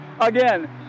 Again